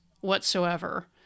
whatsoever